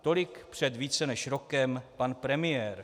Tolik před více než rokem pan premiér.